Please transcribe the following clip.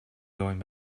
going